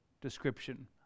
description